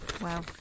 Wow